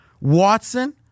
Watson